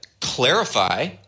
clarify